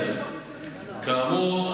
כאמור,